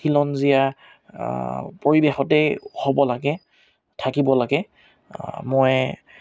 খিলঞ্জীয়া পৰিৱেশতেই হ'ব লাগে থাকিব লাগে মই